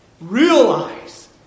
Realize